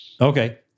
Okay